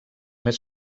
més